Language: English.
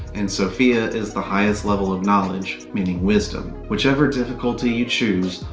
and sophia is the highest level of knowledge, meaning wisdom. whichever difficulty you choose,